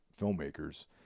filmmakers